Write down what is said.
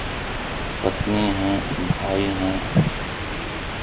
पत्नी हैं भाई हैं